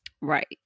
Right